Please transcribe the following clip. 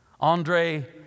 Andre